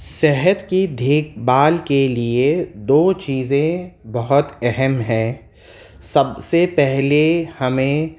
صحت کی دیکھ بھال کے لیے دو چیزیں بہت اہم ہیں سب سے پہلے ہمیں